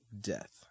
Death